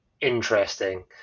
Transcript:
interesting